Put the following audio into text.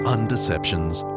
Undeceptions